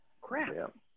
Crap